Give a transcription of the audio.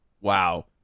wow